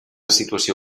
situació